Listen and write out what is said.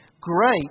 great